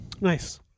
nice